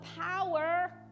power